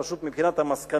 פשוט מבחינת המסקנות,